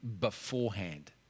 beforehand